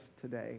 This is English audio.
today